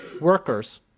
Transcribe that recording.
workers